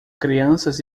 crianças